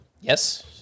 Yes